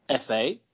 FA